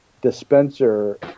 dispenser